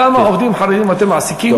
כמה עובדים חרדים אתם מעסיקים,